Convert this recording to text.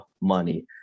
money